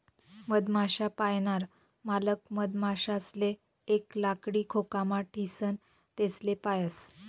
मधमाश्या पायनार मालक मधमाशासले एक लाकडी खोकामा ठीसन तेसले पायस